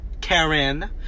Karen